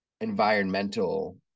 environmental